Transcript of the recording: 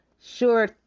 Sure